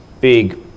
big